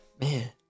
man